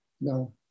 No